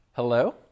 Hello